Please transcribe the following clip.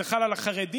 זה חל על החרדים,